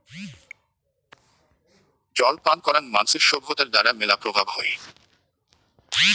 জল পান করাং মানসির সভ্যতার দ্বারা মেলা প্রভাব হই